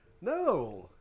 No